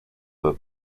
the